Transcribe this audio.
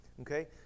Okay